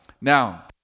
Now